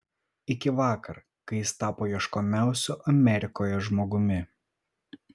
iki vakar kai jis tapo ieškomiausiu amerikoje žmogumi